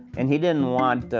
and he didn't want,